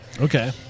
okay